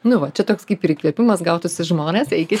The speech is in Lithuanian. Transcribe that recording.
nu va čia toks kaip ir įkvėpimas gautųsi žmonės eikit